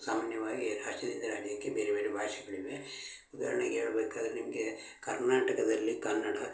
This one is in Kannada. ಸಾಮಾನ್ಯವಾಗಿ ರಾಜ್ಯದಿಂದ ರಾಜ್ಯಕ್ಕೆ ಬೇರೆ ಬೇರೆ ಭಾಷೆಗಳಿವೆ ಉದಾಹರ್ಣೆಗೆ ಹೇಳ್ಬೇಕಾದ್ರ್ ನಿಮಗೆ ಕರ್ನಾಟಕದಲ್ಲಿ ಕನ್ನಡ